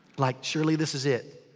like, surely, this is it.